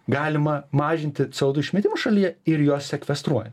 galima mažinti c o du išmetimą šalyje ir juos sekvestruoja